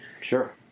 sure